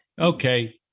Okay